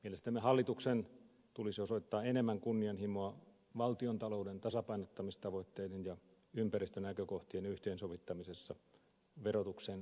mielestämme hallituksen tulisi osoittaa enemmän kunnianhimoa valtiontalouden tasapainottamistavoitteiden ja ympäristönäkökohtien yhteensovittamisessa verotuksen keinoin